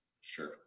Sure